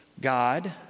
God